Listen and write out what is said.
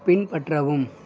பின்பற்றவும்